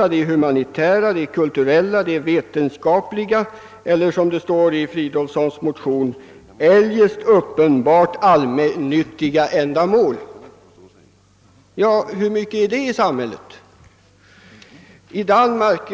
religiösa, humanitära, kulturella, vetenskapliga eller, som det står i herr Fridolfssons i Stockholm motion, »eljest uppenbart allmännytti ga» ändamål. Hur mycket i samhället omfattar detta?